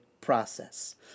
process